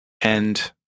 and-